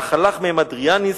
אך הלך מהם אדריאנוס